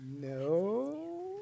No